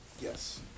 Yes